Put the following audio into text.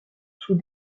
sous